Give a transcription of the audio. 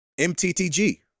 mttg